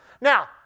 Now